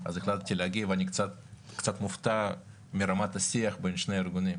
אז החלטתי להגיע ואני קצת מופתע מרמת השיח בין שני הארגונים.